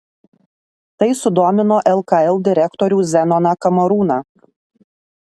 tai sudomino lkl direktorių zenoną kamarūną